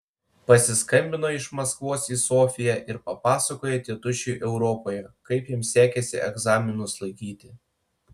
pasiskambino iš maskvos į sofiją ir papasakojo tėtušiui europoje kaip jam sekėsi egzaminus laikyti